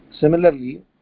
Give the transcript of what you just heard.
Similarly